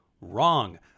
Wrong